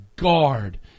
guard